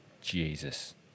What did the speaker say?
Jesus